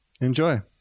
Enjoy